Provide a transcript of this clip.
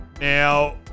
Now